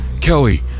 Kelly